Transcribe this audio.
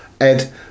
Ed